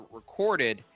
recorded